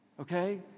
okay